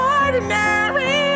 ordinary